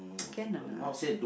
can or not